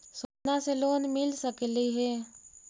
सोना से लोन मिल सकली हे?